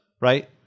right